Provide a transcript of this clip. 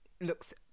Looks